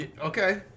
Okay